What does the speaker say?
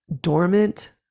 dormant